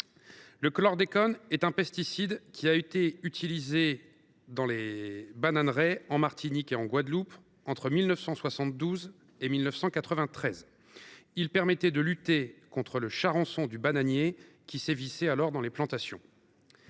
Le chlordécone est un pesticide qui a été utilisé dans les bananeraies en Martinique et en Guadeloupe entre 1972 et 1993. Il permettait de lutter contre le charançon du bananier, qui sévissait alors dans les plantations.